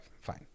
Fine